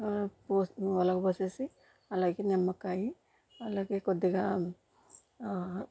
పోసిన ఒలగబోసేసి అలాగే నిమ్మకాయి అలాగే కొద్దిగా